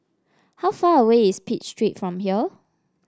how far away is Pitt Street from here